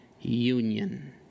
union